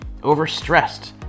overstressed